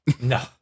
No